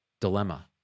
Dilemma